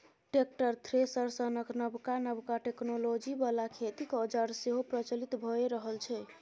tractor, thresher सनक नबका नबका टेक्नोलॉजी बला खेतीक औजार सेहो प्रचलित भए रहल छै